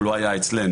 הוא לא היה אצלנו,